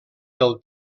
del